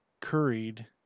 curried